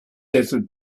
desert